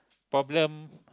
problem